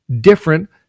different